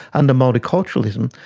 under multiculturalism,